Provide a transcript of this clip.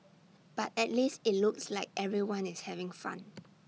but at least IT looks like everyone is having fun